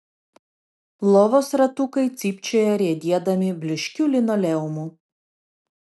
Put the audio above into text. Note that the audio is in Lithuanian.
lovos ratukai cypčiojo riedėdami blyškiu linoleumu